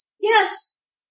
Yes